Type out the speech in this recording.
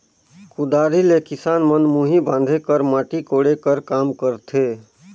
कुदारी ले किसान मन मुही बांधे कर, माटी कोड़े कर काम करथे